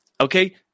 Okay